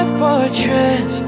fortress